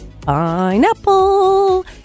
Pineapple